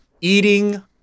Eating